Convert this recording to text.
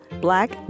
black